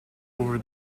over